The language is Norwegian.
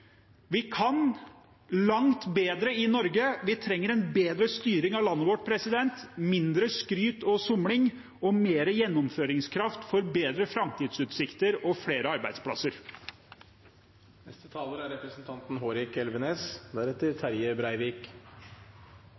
Vi kan langt bedre i Norge. Vi trenger en bedre styring av landet vårt – mindre skryt og somling og mer gjennomføringskraft for å få bedre framtidsutsikter og flere